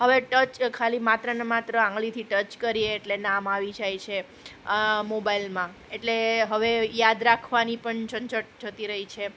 હવે ટચ ખાલી માત્રને માત્ર આંગળીથી ટચ કરીએ એટલે નામ આવી જાય છે મોબાઇલમાં એટલે હવે એ યાદ રાખવાની પણ ઝંઝટ જતી રહી છે